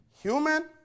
human